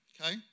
okay